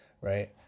right